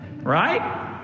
Right